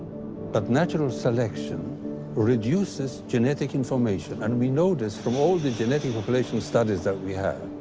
but natural selection reduces genetic information, and we know this from all the genetic manipulation studies that we have.